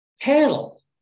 panel